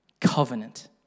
Covenant